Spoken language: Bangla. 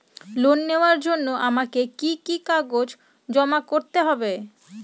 লোন নেওয়ার জন্য আমাকে কি কি কাগজ জমা করতে হবে?